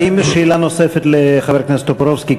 האם יש שאלה נוספת לחבר הכנסת טופורובסקי?